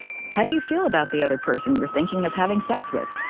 how do you feel about the other person you're thinking of having sex with?